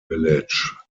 village